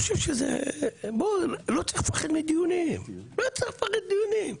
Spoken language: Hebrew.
לא צריך לפחד מדיונים, לא צריך לפחד מדיונים.